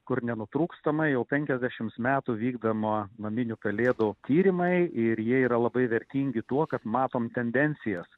kur nenutrūkstamai jau penkiasdešimts metų vykdoma naminių pelėdų tyrimai ir jie yra labai vertingi tuo kad matom tendencijas